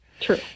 True